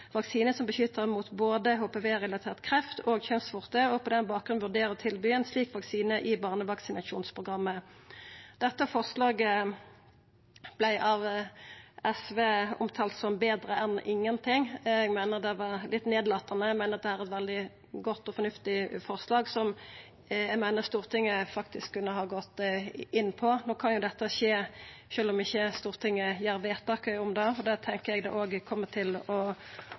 som beskytter mot både HPV-relatert kreft og kjønnsvorter, og på den bakgrunn vurdere å tilby en slik vaksine i barnevaksinasjonsprogrammet.» Dette forslaget vart av SV omtalt som betre enn ingenting. Eg meiner det er litt nedlatande – eg meiner at dette er eit veldig godt og fornuftig forslag som Stortinget faktisk kunne ha gått inn på. No kan jo dette skje sjølv om Stortinget ikkje gjer vedtaket om det, og det tenkjer eg òg kjem til å skje. Så det er vårt forslag. Til